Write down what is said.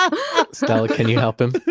um stella, can you help him?